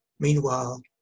Meanwhile